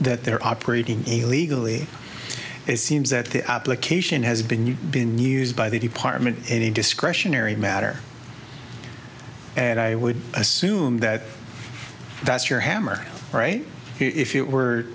that they're operating illegally it seems that the application has been you've been used by the department any discretionary matter and i would assume that that's your hammer if it were